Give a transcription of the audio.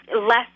less